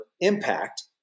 impact